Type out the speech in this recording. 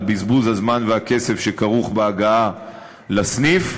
על בזבוז הזמן והכסף שכרוך בהגעה לסניף.